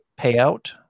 payout